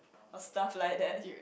or stuff like that